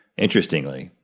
interestingly.